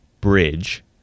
bridge